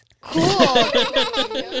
Cool